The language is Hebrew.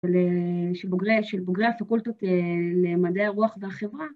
של בוגרי הפיקולטות למדעי הרוח והחברה.